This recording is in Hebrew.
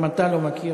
גם אתה לא מכיר,